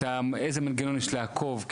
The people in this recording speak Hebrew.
איזה מנגנון יש לעקוב,